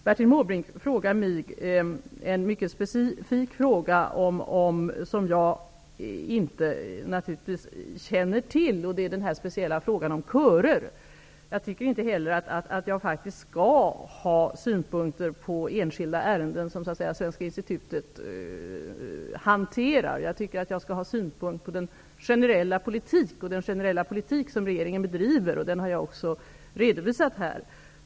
Bertil Måbrink ställde en mycket specifik fråga till mig, som jag naturligtvis inte kan svara på. Det gällde körutbyte. Jag tycker inte heller att jag faktiskt skall ha synpunkter på enskilda ärenden som Svenska institutet hanterar. Jag tycker att jag skall ha synpunkter på den generella politik som regeringen bedriver, och den har jag också redovisat.